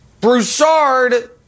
Broussard